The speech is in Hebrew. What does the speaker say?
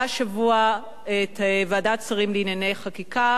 השבוע את ועדת שרים לענייני חקיקה,